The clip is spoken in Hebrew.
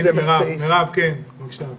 משרד